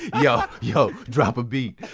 yeah yo, drop a beat